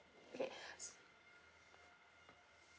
okay